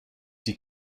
die